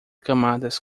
camadas